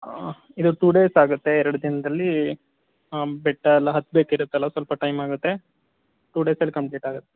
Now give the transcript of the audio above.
ಇದು two days ಆಗತ್ತೆ ಎರಡು ದಿನದಲ್ಲಿ ಆ ಬೆಟ್ಟ ಎಲ್ಲ ಹತ್ತಬೇಕಿರುತ್ತಲ್ಲ ಸ್ವಲ್ಪ ಟೈಮ್ ಆಗತ್ತೆ ಟೂ ಡೇಸಲ್ಲಿ ಕಂಪ್ಲೀಟ್ ಆಗತ್ತೆ